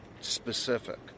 specific